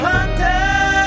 Hunter